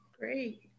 Great